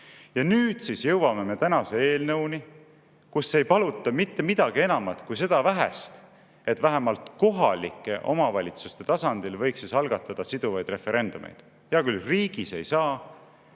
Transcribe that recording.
Nüüd siis jõuame tänase eelnõuni, kus ei paluta mitte midagi enamat kui seda vähest, et vähemalt kohalike omavalitsuste tasandil võiks algatada siduvaid referendumeid. Hea küll, riigis ei saa